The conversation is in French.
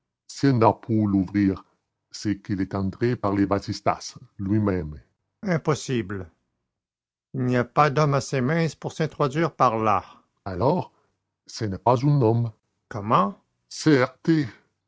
pu l'ouvrir c'est qu'il est entré par le vasistas lui-même impossible il n'y a pas d'homme assez mince pour s'introduire par là alors ce n'est pas un homme comment